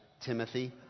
Timothy